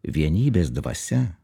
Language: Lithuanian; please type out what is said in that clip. vienybės dvasia